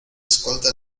escolta